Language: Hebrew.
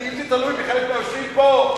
כי אם זה תלוי בחלק מהיושבים פה,